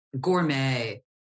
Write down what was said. Gourmet